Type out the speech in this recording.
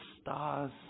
stars